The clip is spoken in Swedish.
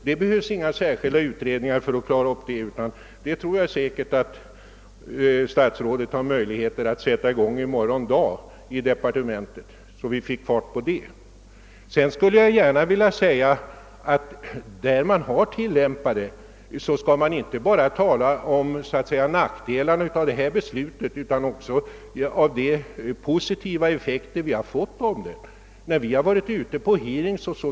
Det behövs inga särskilda utredningar för att klara upp detta, utan jag tror att statsrådet säkerligen har möjligheter att sätta i gång i morgon dag i departementet, så att vi får fart på planeringsverksamheten. Jag vill gärna säga, att när man diskuterar beslutet skall man inte bara tala om nackdelarna utan också om de positiva effekter vi har fått av det. När vi har varit ute på hearings etc.